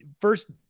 first